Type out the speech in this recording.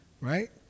Right